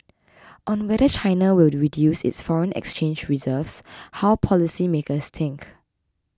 on whether China will reduce its foreign exchange reserves how policymakers think